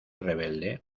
rebelde